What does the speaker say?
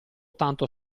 tanto